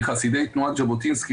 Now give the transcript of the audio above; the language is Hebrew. מחסידי תנועת ז'בוטינסקי,